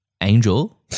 Angel